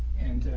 and,